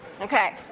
Okay